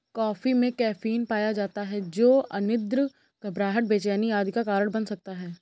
coffee में caffeine पाया जाता है जो अनिद्रा, घबराहट, बेचैनी आदि का कारण बन सकता है